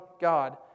God